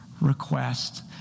request